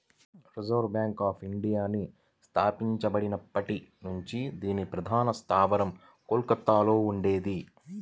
reserve bank of ఇండియాని స్థాపించబడినప్పటి నుంచి దీని ప్రధాన స్థావరం కోల్కతలో ఉండేది